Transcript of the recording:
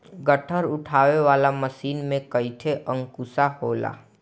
गट्ठर उठावे वाला मशीन में कईठे अंकुशा होला